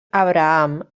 abraham